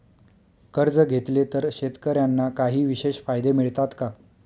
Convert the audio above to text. कर्ज घेतले तर शेतकऱ्यांना काही विशेष फायदे मिळतात का?